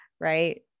Right